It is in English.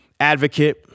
advocate